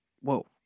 Whoa